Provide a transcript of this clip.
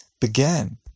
began